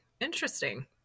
interesting